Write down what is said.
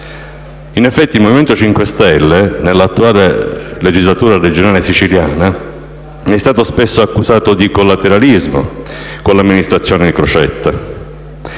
In effetti, il Movimento 5 Stelle nella attuale legislatura regionale siciliana è stato spesso accusato di collateralismo con l'amministrazione Crocetta.